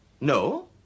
No